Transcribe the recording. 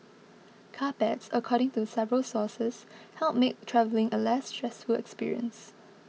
carpets according to several sources help make travelling a less stressful experience